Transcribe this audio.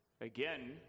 Again